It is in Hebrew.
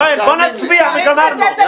יואל, בוא נצביע וגמרנו.